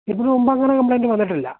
ഇതിന് മുമ്പ് അങ്ങനെ കംപ്ലൈൻ്റ് വന്നിട്ടില്ല